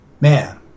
man